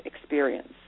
experience